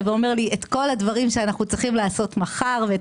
ואומר לי את כל הדברים שאנחנו צריכים לעשות מחר ואת